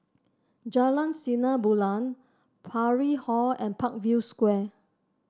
Jalan Sinar Bulan Parry Hall and Parkview Square